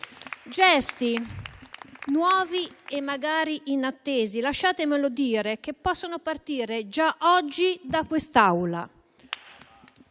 Gesti nuovi e magari inattesi - lasciatemelo dire - che possono partire già oggi da quest'Aula.